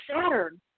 Saturn